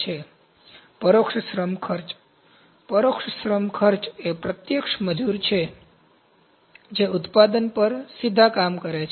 પરોક્ષ શ્રમ ખર્ચ પરોક્ષ શ્રમ ખર્ચ એ પ્રત્યક્ષ મજૂર છે જે ઉત્પાદન પર સીધા કામ કરે છે